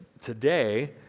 today